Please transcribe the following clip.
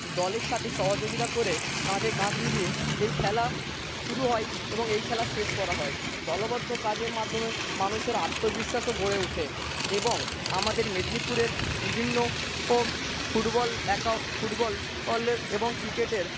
দলের সাথে সহযোগিতা করে কাঁধে কাঁধ মিলিয়ে এই খেলা শুরু হয় এবং এই খেলা শেষ করা হয় দলবন্ধ কাজের মাধ্যমে মানুষের আত্মবিশ্বাসও গড়ে ওঠে এবং আমাদের মেদিনীপুরের বিভিন্ন ফুটবল এবং ক্রিকেটের